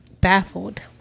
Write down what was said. baffled